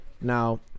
Now